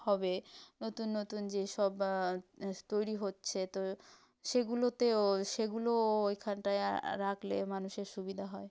হবে নতুন নতুন যে সব তৈরি হচ্ছে তো সেগুলোতেও সেগুলো এখানটায় রাখলে মানুষের সুবিধা হয়